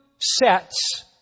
sets